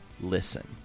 listen